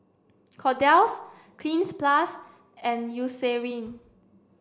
Kordel's Cleanz plus and Eucerin